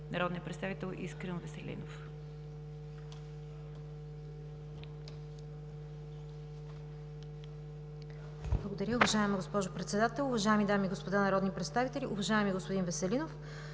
народния представител Искрен Веселинов.